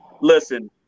listen